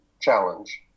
challenge